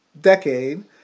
decade